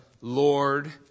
Lord